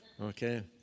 okay